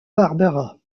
barbera